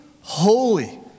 holy